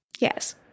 Yes